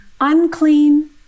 unclean